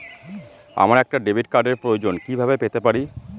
আমার একটা ডেবিট কার্ডের প্রয়োজন কিভাবে পেতে পারি?